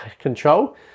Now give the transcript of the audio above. control